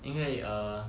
因为 err